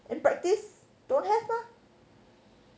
practice don't have lah